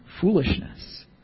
foolishness